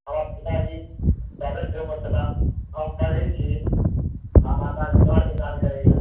हमर पिताजी प्राइवेट जॉबमे छला हम पढ़ैत छी हमर माता दिहारिके काज करैया